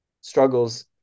struggles